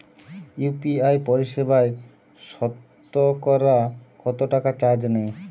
UPI পরিসেবায় সতকরা কতটাকা চার্জ নেয়?